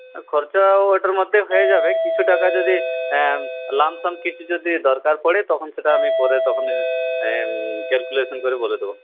খরচা ওটার মধ্যে হয়ে যাবে কিছু টাকা যদি লামসাম্প কিছু যদি দরকার পড়ে তখন সেটা আমি করে তখন ক্যালকুলেশন করে বলে দেব